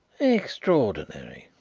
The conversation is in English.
extraordinary,